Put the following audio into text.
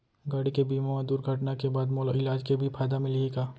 गाड़ी के बीमा मा दुर्घटना के बाद मोला इलाज के भी फायदा मिलही का?